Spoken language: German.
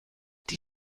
die